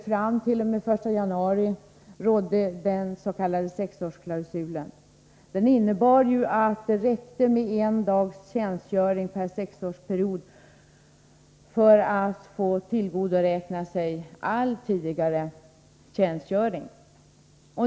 Fram t.o.m. den 1 januari 1984 rådde den s.k. sexårsklausulen. Den innebar att det räckte med en dags tjänstgöring per sexårsperiod för att man skulle få tillgodoräkna sig all tidigare tjänstgöring.